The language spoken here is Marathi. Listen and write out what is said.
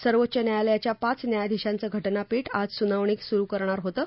सर्वोच्च न्यायालयाच्या पाच न्यायाधीशांचं घटनापीठ आज सुनावणी सुरु करणार होतं